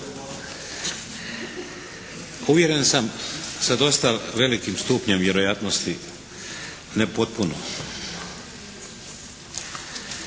Uvjeren sam sa dosta velikim stupnjem vjerojatnosti, ne potpuno.